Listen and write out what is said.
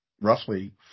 roughly